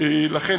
לכן,